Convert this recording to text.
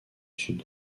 sud